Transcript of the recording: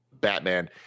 Batman